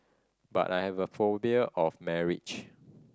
but I have a phobia of marriage